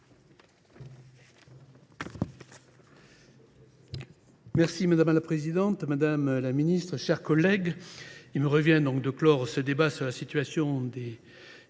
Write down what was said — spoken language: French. Madame la présidente, madame la ministre, mes chers collègues, il me revient de clore ce débat sur la situation des